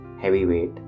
Heavyweight